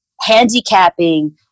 handicapping